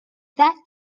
that